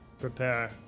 prepare